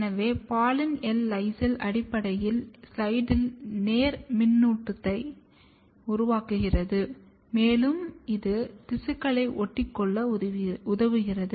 எனவே poly L lysine அடிப்படையில் ஸ்லைடில் நேர்மின்னுட்டத்தை உருவாக்குகிறது மேலும் இது திசுக்களை ஒட்டிக்கொள்ள உதவுகிறது